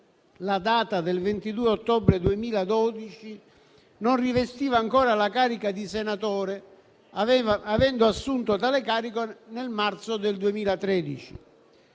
in data 22 ottobre 2012, non rivestiva ancora la carica di senatore, avendo assunto tale carica nel marzo 2013,